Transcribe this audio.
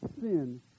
sin